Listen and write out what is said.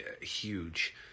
huge